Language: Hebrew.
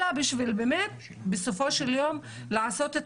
אלא בשביל באמת בסופו של יום לעשות את